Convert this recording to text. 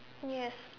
yes